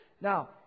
Now